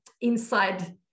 inside